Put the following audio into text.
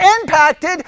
impacted